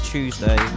Tuesday